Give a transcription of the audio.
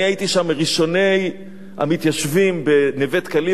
אני הייתי מראשוני המתיישבים שם בנווה-דקלים,